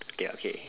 okay lah okay